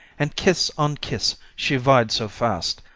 and kiss on kiss she vied so fast,